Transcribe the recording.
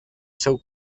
seu